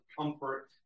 comfort